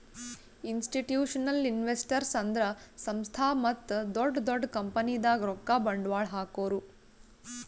institutional investors ಅಂದ್ರ ಸಂಸ್ಥಾ ಮತ್ತ್ ದೊಡ್ಡ್ ದೊಡ್ಡ್ ಕಂಪನಿದಾಗ್ ರೊಕ್ಕ ಬಂಡ್ವಾಳ್ ಹಾಕೋರು